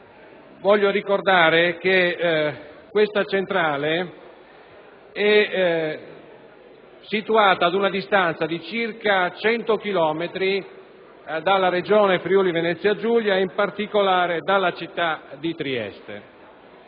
Voglio ricordare che questa centrale è situata ad una distanza di circa 100 chilometri dalla Regione Friuli-Venezia Giulia ed in particolare dalla città di Trieste.